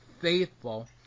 faithful